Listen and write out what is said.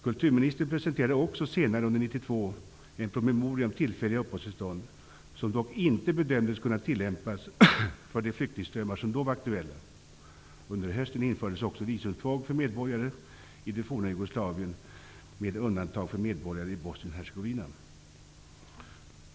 Kulturministern presenterade också senare under 1992 en promemoria om tillfälliga uppehållstillstånd som dock inte bedömdes kunna tillämpas för de flyktingströmmar som då var aktuella. Under hösten infördes också visumtvång för medborgare i det forna Jugoslavien med undantag för medborgare i Bosnien-Hercegovina.